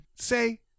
say